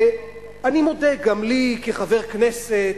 אני מודה, גם לי כחבר כנסת,